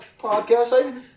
podcast